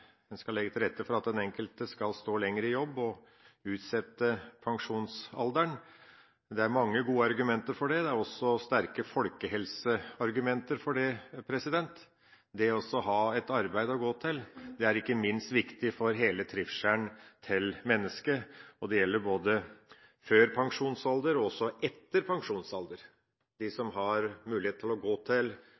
en skal legge til rette for at den enkelte skal kunne stå lenger i jobb og utsette pensjonsalderen. Det er mange gode argumenter for det. Det er også sterke folkehelseargumenter for det. Det å ha et arbeid å gå til er ikke minst viktig for hele trivselen til mennesket. Det gjelder både før pensjonsalder og også etter pensjonsalder. De som har mulighet til å gå til